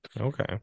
okay